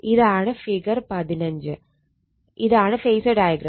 ഇതാണ് ഫിഗർ 15 ഇതാണ് phasor diagram